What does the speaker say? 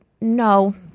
No